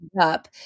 up